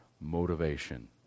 motivation